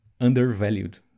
undervalued